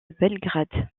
belgrade